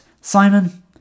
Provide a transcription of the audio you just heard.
Simon